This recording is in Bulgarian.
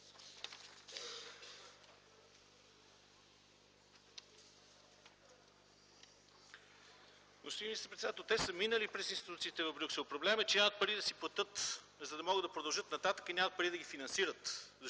Господин министър-председател, те са минали през институциите в Брюксел. Проблемът е, че нямат пари да си платят, за да могат да продължат нататък и нямат пари да ги финансират,